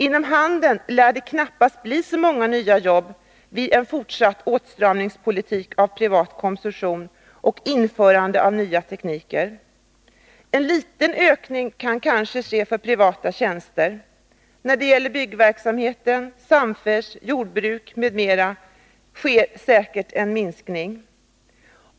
Inom handeln lär det knappast bli så många nya jobb vid en fortsatt åtstramning av den privata konsumtionen och införandet av ny teknik. En liten ökning kan ske för privata tjänster. När det gäller byggnadsverksamhet, samfärdsel, jordbruk m.m. sker säkert en minskning.